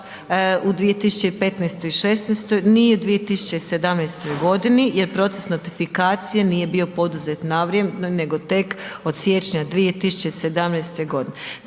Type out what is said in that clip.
u 2015. i 2016. ni u 2017. g. jer proces notifikacije nije bio poduzet na vrijeme nego tek od siječnja 2017. godine.